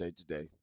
Today